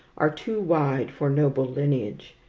are too wide for noble lineage.